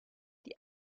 die